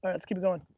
um let's keep going.